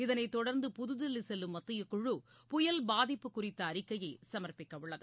இதனை தொடர்ந்து புதுதில்லி செல்லும் மத்திய குழு புயல் பாதிப்பு குறித்த அறிக்கையை சமர்ப்பிக்க உள்ளது